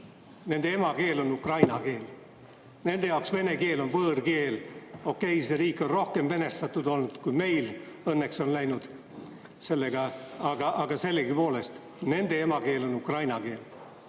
nende emakeel on ukraina keel, nende jaoks vene keel on võõrkeel. Okei, see riik on rohkem venestatud olnud, kui meil õnneks on läinud sellega, aga sellegipoolest. Nende emakeel on ukraina keel.